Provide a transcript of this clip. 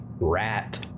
rat